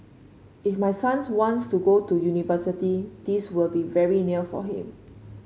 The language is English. if my sons wants to go to university this will be very near for him